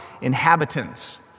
inhabitants